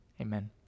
Amen